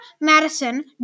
Madison